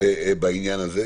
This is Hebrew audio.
בעניין הזה.